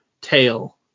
tail